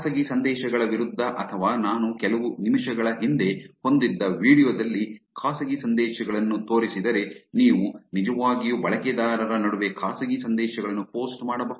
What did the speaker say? ಖಾಸಗಿ ಸಂದೇಶಗಳ ವಿರುದ್ಧ ಅಥವಾ ನಾನು ಕೆಲವು ನಿಮಿಷಗಳ ಹಿಂದೆ ಹೊಂದಿದ್ದ ವೀಡಿಯೊ ದಲ್ಲಿ ಖಾಸಗಿ ಸಂದೇಶಗಳನ್ನು ತೋರಿಸಿದರೆ ನೀವು ನಿಜವಾಗಿಯೂ ಬಳಕೆದಾರರ ನಡುವೆ ಖಾಸಗಿ ಸಂದೇಶಗಳನ್ನು ಪೋಸ್ಟ್ ಮಾಡಬಹುದು